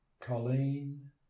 Colleen